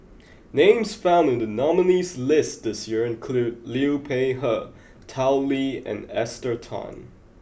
names found in the nominees' list this year include Liu Peihe Tao Li and Esther Tan